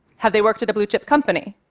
have they worked at a blue-chip company?